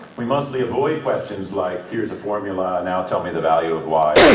we mostly avoid questions like, here's a formula, now tell me the value of y,